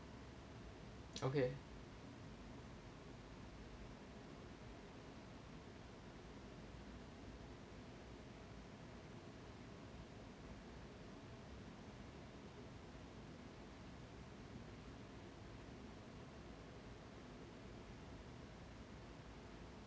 okay